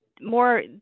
more